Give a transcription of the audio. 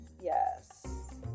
Yes